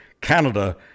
Canada